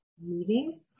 meeting